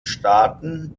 staaten